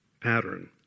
pattern